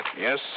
Yes